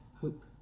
hope